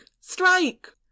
strike